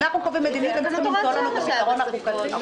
אנחנו קובעים מדיניות והם צריכים למצוא את הפתרון החוקי.